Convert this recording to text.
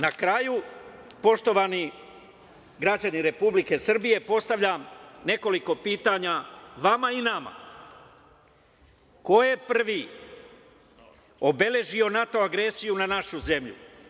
Na kraju, poštovani građani Republike Srbije, postavljam nekoliko pitanja vama i nama - ko je prvi obeležio NATO agresiju na našu zemlju?